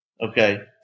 Okay